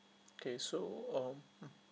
okay so um mm